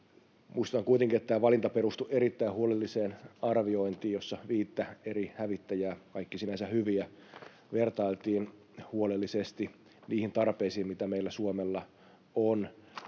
Muistetaan kuitenkin, että tämä valinta perustui erittäin huolelliseen arviointiin, jossa viittä eri hävittäjää, kaikki sinänsä hyviä, vertailtiin huolellisesti niihin tarpeisiin, mitä meillä Suomella on.